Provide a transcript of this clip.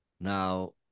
Now